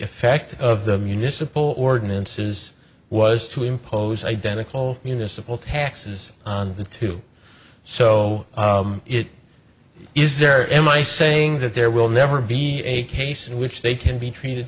effect of the municipal ordinances was to impose identical municipal taxes on the two so it is there in my saying that there will never be a case in which they can be treated